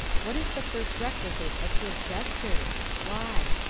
what is the first requisite of good gestures? why?